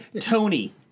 Tony